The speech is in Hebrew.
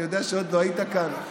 אני יודע שעוד לא היית כאן,